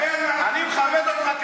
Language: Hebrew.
אני אומר לך,